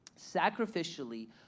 sacrificially